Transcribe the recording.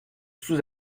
sous